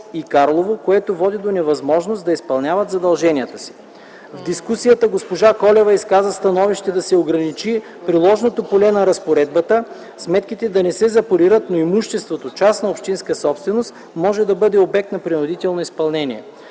и Карлово, което води до невъзможност да изпълняват задълженията си. В дискусията госпожа Колева изказа становище да се ограничи приложното поле на разпоредбата – сметките да не се запорират, но имуществото – частна общинска собственост, може да бъде обект на принудително изпълнение.